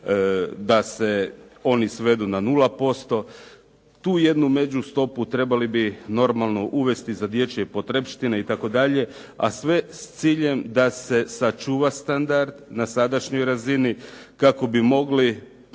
da se oni svedu na 0%. Tu jednu međustopu trebali bi normalno uvesti za dječje potrepštine itd., a sve s ciljem da se sačuva standard na sadašnjoj razini, kako bi mogli